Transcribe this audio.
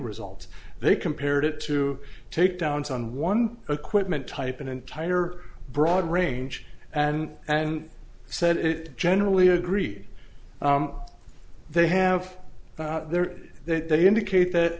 results they compared it to take downs on one equipment type an entire broad range and and said it generally agree they have there that they indicate that